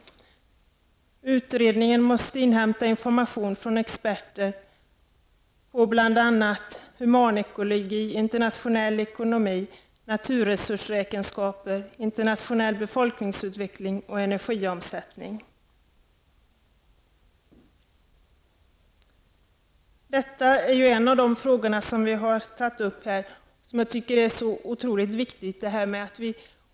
Utredningen måste inhämta information från experter på bl.a. humanekologi, internationell ekonomi, naturresursräkenskaper, internationell befolkningsutveckling och energiomsättning. En av de frågor som vi tagit upp här, en fråga som jag tycker är oerhört viktig, är följande.